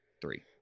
three